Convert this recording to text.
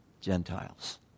Gentiles